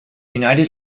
united